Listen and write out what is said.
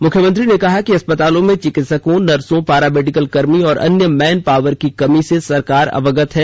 मुख्यमंत्री ने कहा कि अस्पतालों में चिकित्सकों नर्सों पारा मेडिकल कर्मी और अन्य मैन पावर की कमी से सरकार अवगत है